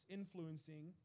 influencing